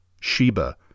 Sheba